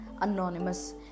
anonymous